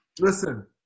Listen